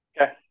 Okay